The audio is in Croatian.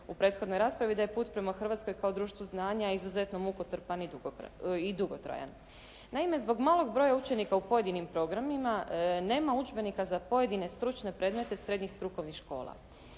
u prethodnoj raspravi da je put prema Hrvatskoj kao društvu znanja izuzetno mukotrpan i dugotrajan. Naime, zbog malog broja učenika u pojedinim programima, nema udžbenika za pojedine stručne predmete srednjih strukovnih škola.